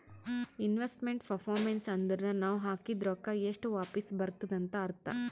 investment performance ಅಂದುರ್ ನಾವ್ ಹಾಕಿದ್ ರೊಕ್ಕಾ ಎಷ್ಟ ವಾಪಿಸ್ ಬರ್ತುದ್ ಅಂತ್ ಅರ್ಥಾ